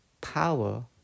power